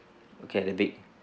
okay that'll be